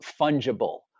fungible